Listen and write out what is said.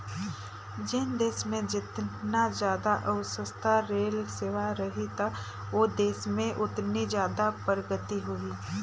जेन देस मे जेतना जादा अउ सस्ता रेल सेवा रही त ओ देस में ओतनी जादा परगति होही